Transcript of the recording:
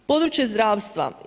Područje zdravstva.